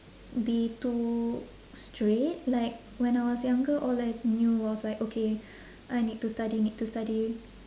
be too straight like when I was younger all I knew was like okay I need to study need to study